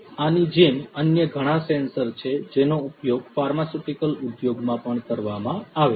આની જેમ અન્ય ઘણા સેન્સર છે જેનો ઉપયોગ ફાર્માસ્યુટિકલ ઉદ્યોગમાં પણ કરવામાં આવશે